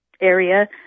area